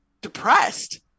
depressed